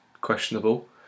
questionable